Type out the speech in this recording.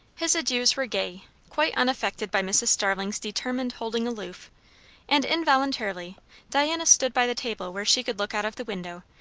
his adieux were gay quite unaffected by mrs. starling's determined holding aloof and involuntarily diana stood by the table where she could look out of the window,